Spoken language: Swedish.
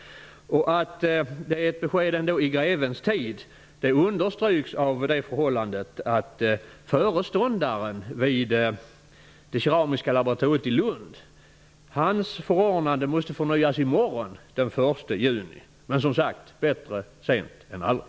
Att det är ett besked i grevens tid understryks av det förhållandet att förordnandet för föreståndaren vid det keramiska laboratoriet i Lund måste förnyas i morgon, den 1 juni. Men som sagt: Bättre sent än aldrig!